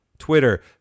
Twitter